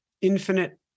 infinite